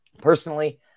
Personally